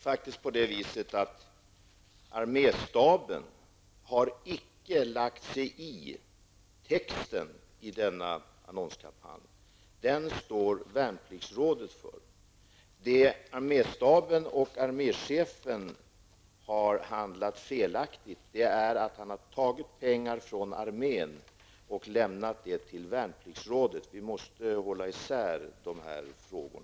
Fru talman! Arméstaben har icke lagt sig i texten i denna annonskampanj. Den står Värnpliktsrådet för. Arméstaben och arméchefen har handlat felaktigt när man tagit pengar från armén och lämnat till Värnpliktsrådet. Vi måste hålla i sär dessa frågor.